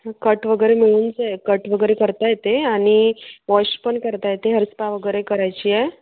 ह कट वगैरे मिळून जाईल कट वगैरे करता येते आणि वॉश पण करता येते हेअर स्पा वगैरे करायची आहे